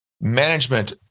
management